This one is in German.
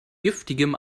giftigem